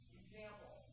example